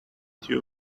you